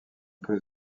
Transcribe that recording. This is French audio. peut